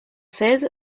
seize